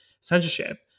censorship